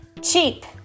Cheap